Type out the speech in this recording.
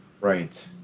Right